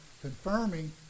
confirming